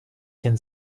can